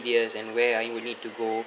and where are you will need to go